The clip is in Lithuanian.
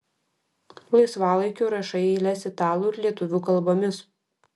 laisvalaikiu rašai eiles italų ir lietuvių kalbomis